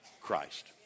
Christ